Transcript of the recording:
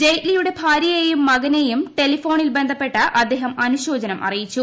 ജയ്റ്റ്ലിയുടെ ഭാര്യയെയും മകനെയും ടെലഫോണിൽ ബന്ധപ്പെട്ട് അദ്ദേഹം അനുശോചനം അറിയിച്ചു